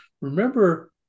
remember